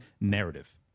narrative